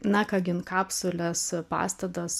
nakagin kapsulės pastatas